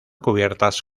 cubiertas